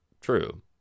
true